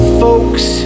folks